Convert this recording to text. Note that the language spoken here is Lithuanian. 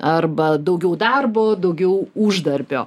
arba daugiau darbo daugiau uždarbio